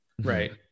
right